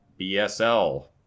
BSL